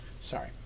Sorry